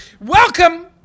Welcome